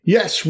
Yes